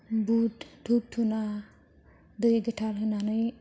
बुत धुप धुना दै गोथार होनानै